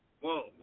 Whoa